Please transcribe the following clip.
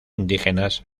indígenas